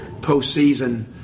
postseason